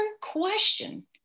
question